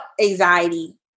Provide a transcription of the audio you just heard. anxiety